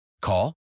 Call